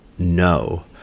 No